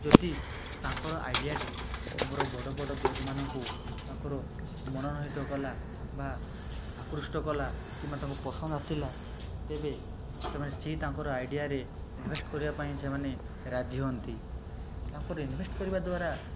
ଯଦି ତାଙ୍କର ଆଇଡ଼ିଆଟି ଆମର ବଡ଼ ବଡ଼ ଜଜ୍ ମାନଙ୍କୁ ତାଙ୍କର ମନମୋହିତ କଲା ବା ଆକୃଷ୍ଟ କଲା କିମ୍ବା ତାଙ୍କୁ ପସନ୍ଦ ଆସିଲା ତେବେ ସେମାନେ ସିଏ ତାଙ୍କର ଆଇଡ଼ିଆରେ ଇନଭେଷ୍ଟ୍ କରିବା ପାଇଁ ସେମାନେ ରାଜି ହୁଅନ୍ତି ତାଙ୍କର ଇନଭେଷ୍ଟ୍ କରିବା ଦ୍ୱାରା